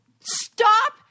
Stop